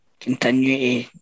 continue